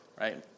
Right